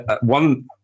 one